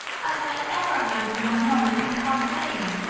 as i ever heard from my mother in past days.